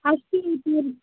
अस्ति इति